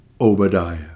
Obadiah